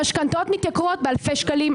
המשכנתאות מתייקרות באלפי שקלים.